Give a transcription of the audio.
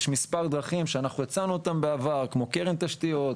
יש מספר דרכים שיצרנו אותן בעבר, כמו קרן תשתיות,